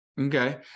Okay